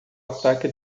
ataque